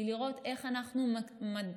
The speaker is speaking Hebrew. היא לראות איך אנחנו מנגישים